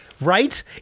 Right